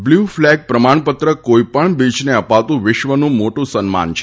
blue flag પ્રમાણપત્ર કોઇપણ બીચને અપાતું વિશ્વનું મોટુ સન્માન છે